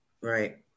Right